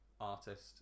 artist